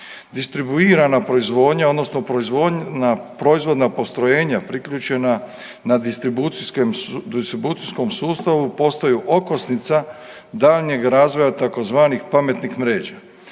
odnosno proizvodna postrojenja priključena na distribucijskom sustavu postaju okosnica daljnjeg razvoja tzv. pametnih mreža.